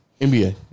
NBA